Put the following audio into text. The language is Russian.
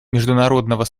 международного